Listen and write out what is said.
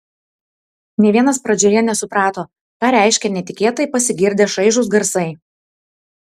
nė vienas pradžioje nesuprato ką reiškia netikėtai pasigirdę šaižūs garsai